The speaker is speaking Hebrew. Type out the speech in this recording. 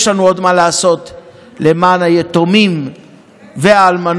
יש לנו עוד מה לעשות למען היתומים והאלמנות